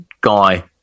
guy